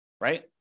right